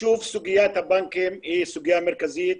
שוב סוגיית הבנקים היא סוגיה מרכזית.